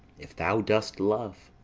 if thou dost love,